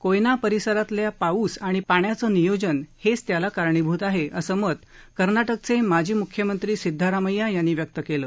कोयना परिसरातील पाऊस आणि पाण्याचे नियोजन हेच त्याला कारणीभूत आहे अस मत कर्नाटकचे माजी मुख्यमंत्री सिद्धरामय्या यांनी व्यक्त केल